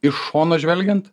iš šono žvelgiant